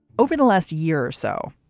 over the last year or so,